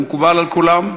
מקובל על כולם?